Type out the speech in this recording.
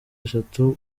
eshatu